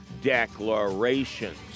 declarations